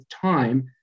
time